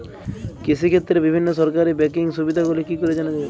কৃষিক্ষেত্রে বিভিন্ন সরকারি ব্যকিং সুবিধাগুলি কি করে জানা যাবে?